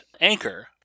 Anchor